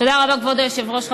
תודה רבה, כבוד היושב-ראש.